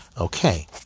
Okay